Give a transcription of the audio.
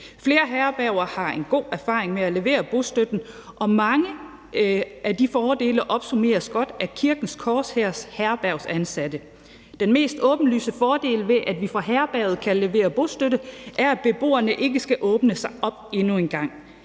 Flere herberger har god erfaring med at levere bostøtte, og mange af de fordele opsummeres godt af Kirkens Korshærs herbergsansatte: Den mest åbenlyse fordel, ved at vi fra herberget side kan levere bostøtte, er, at beboerne ikke skal åbnes op endnu en gang.